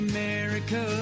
America